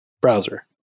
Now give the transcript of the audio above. browser